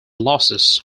losses